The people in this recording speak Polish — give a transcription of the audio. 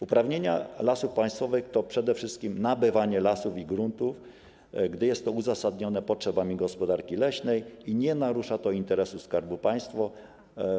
Uprawnienia Lasów Państwowych to przede wszystkim nabywanie lasów i gruntów, gdy jest to uzasadnione potrzebami gospodarki leśnej i nie narusza to interesu Skarbu Państwa.